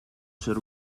ser